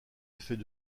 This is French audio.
effets